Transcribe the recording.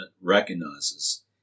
recognizes